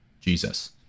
Jesus